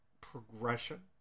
progression